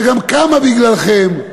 שגם קמה בגללכם.